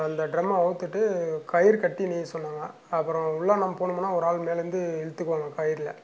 அந்த ட்ரம்மை அவித்துட்டு கயிறு கட்டி நீய சொன்னாங்க அப்புறம் உள்ளே நம்ம போனோமுன்னா ஒரு ஆள் மேலேந்து இழுத்துக்குவாங்க கயிறில்